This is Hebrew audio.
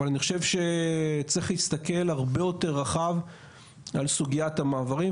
אבל אני חושב שצריך להסתכל הרבה יותר רחב על סוגיית המעברים.